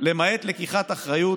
למעט לקיחת אחריות,